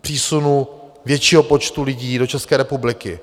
Přísunu většího počtu lidí do České republiky.